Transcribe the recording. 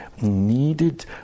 needed